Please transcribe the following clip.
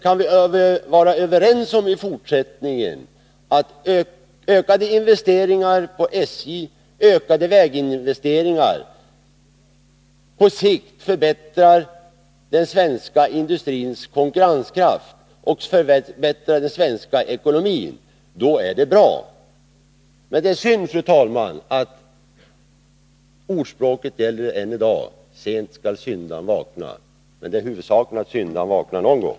Kan vi i fortsättningen vara överens om att ökade investeringar inom SJ och på vägarna på sikt förbättrar den svenska industrins konkurrenskraft och förbättrar den svenska ekonomin, då är det bra. Men det är synd, fru talman, att ordspråket gäller än i dag: Sent skall syndaren vakna. Huvudsaken är dock att syndaren vaknar någon gång.